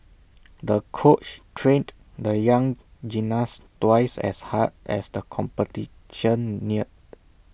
the coach trained the young gymnast twice as hard as the competition neared